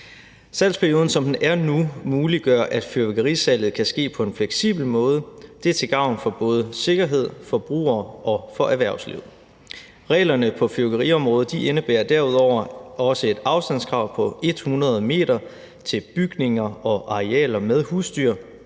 Salgsperioden, som den er nu, muliggør, at fyrværkerisalget kan ske på en fleksibel måde. Det er til gavn for både sikkerhed, forbrugere og erhvervsliv. Reglerne på fyrværkeriområdet indebærer derudover også et afstandskrav på 100 m til bygninger og arealer med husdyr.